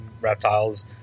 reptiles